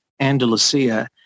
Andalusia